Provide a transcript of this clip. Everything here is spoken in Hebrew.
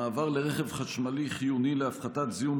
המעבר לרכב חשמלי חיוני להפחתת זיהום